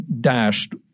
dashed